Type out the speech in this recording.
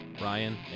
Ryan